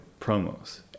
promos